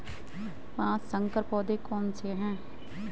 पाँच संकर पौधे कौन से हैं?